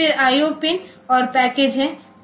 फिर IO pin और package हैं